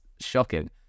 shocking